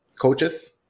coaches